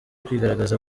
kwigaragaza